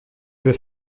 veux